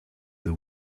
the